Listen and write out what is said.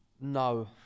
No